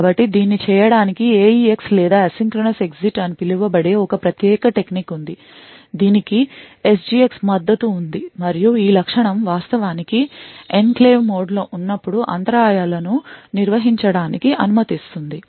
కాబట్టి దీన్ని చేయడానికి AEX లేదా asynchronous exit అని పిలువబడే ఒక ప్రత్యేక టెక్నిక్ ఉంది దీనికి SGX మద్దతు ఉంది మరియు ఈ లక్షణం వాస్తవానికి ఎన్క్లేవ్ మోడ్లో ఉన్నప్పుడు అంతరాయాలను నిర్వహించడానికి అనుమతిస్తుంది